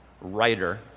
writer